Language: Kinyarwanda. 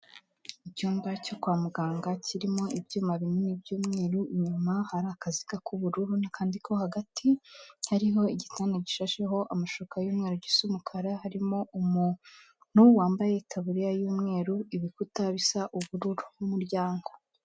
Icyumba cyo kwa muganga kirimo ibyuma binini by'umweru, inyuma hari akaziga k'ubururu n'akandi ko hagati, hariho igitanda gishasheho amashuka y'umweru gisa umukara, harimo umuntu wambaye itaburiya y'umweru ibikuta bisa ubururu n'umuryango.